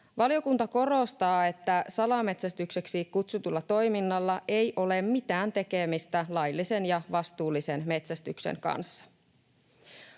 Valiokunta korostaa, että salametsästykseksi kutsutulla toiminnalla ei ole mitään tekemistä laillisen ja vastuullisen metsästyksen kanssa.